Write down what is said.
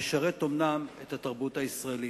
אכן ישרת את התרבות הישראלית.